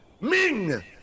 Ming